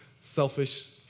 selfish